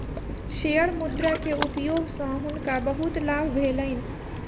share मुद्रा के उपयोग सॅ हुनका बहुत लाभ भेलैन